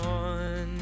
on